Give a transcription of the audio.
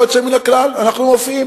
ללא יוצא מן הכלל: אנחנו מופיעים.